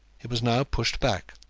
it was now pushed back,